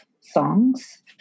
songs